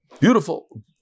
Beautiful